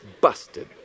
Busted